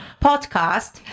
podcast